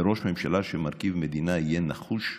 שראש ממשלה שמרכיב ממשלה יהיה נחוש,